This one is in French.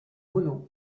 monod